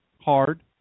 Hard